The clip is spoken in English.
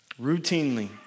routinely